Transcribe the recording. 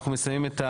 אנחנו מסיימים,